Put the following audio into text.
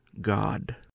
God